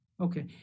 Okay